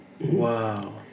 Wow